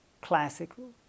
Classical